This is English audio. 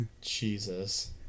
Jesus